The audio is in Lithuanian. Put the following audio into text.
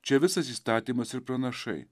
čia visas įstatymas ir pranašai